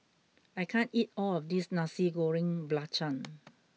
I can't eat all of this Nasi Goreng Belacan